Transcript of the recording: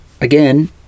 again